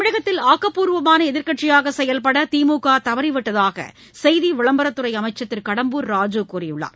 தமிழகத்தில் ஆக்கப்பூர்வமான எதிர்க்கட்சியாக செயல்பட திமுக தவறிவிட்டதாக செய்தி விளம்பரத் துறை அமைச்சர் திரு கடம்பூர் ராஜூ கூறியுள்ளார்